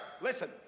listen